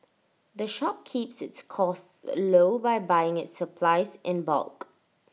the shop keeps its costs low by buying its supplies in bulk